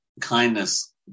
kindness